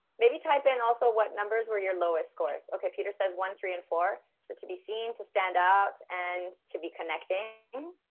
maybe type in also what numbers were your lowest scores. okay, peter says one three and four, so to be seen, to stand out and to be connecting